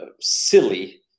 silly